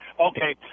Okay